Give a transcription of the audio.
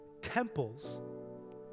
temples